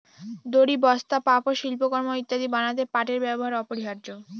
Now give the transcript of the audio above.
দড়ি, বস্তা, পাপোষ, শিল্পকর্ম ইত্যাদি বানাতে পাটের ব্যবহার অপরিহার্য